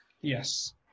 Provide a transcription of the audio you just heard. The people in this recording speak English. Yes